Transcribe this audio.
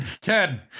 Ken